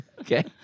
Okay